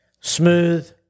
smooth